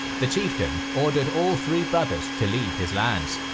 the chieftain ordered all three brothers to leave his lands.